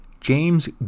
James